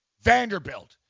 Vanderbilt